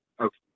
Okay